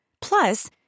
Plus